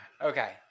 Okay